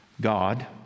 God